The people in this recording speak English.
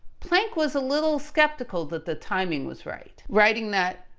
planck was a little skeptical that the timing was right, writing that,